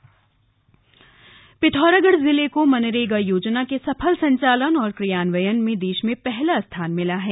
पिथौरागढ़ उपलब्धि पिथौरागढ़ जिले को मनरेगा योजना के सफल संचालन और क्रियान्वयन में देश में पहला स्थान मिला है